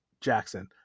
Jackson